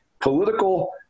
political